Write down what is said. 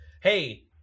Hey